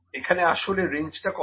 এখানে আসলে রেঞ্জটা কত